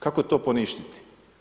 Kako to poništiti?